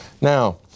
Now